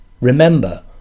Remember